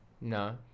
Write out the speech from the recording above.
No